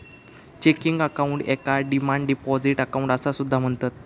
checking account याका demand deposit account असा सुद्धा म्हणतत